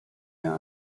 mir